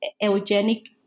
eugenic